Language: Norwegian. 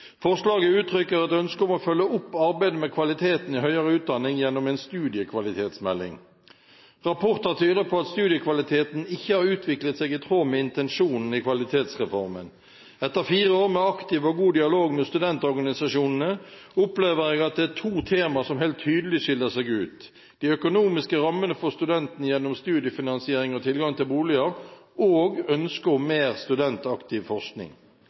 Forslaget uttrykker et ønske om å følge opp arbeidet med kvaliteten i høyere utdanning gjennom en studiekvalitetsmelding. Rapporter tyder på at studiekvaliteten ikke har utviklet seg i tråd med intensjon i Kvalitetsreformen. Etter fire år med aktiv og god dialog med studentorganisasjonene opplever jeg at det er to temaer som helt tydelig skiller seg ut: de økonomiske rammene for studentene gjennom studiefinansiering og tilgang til boliger og ønsket om mer studentaktiv forskning.